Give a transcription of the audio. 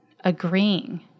agreeing